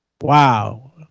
Wow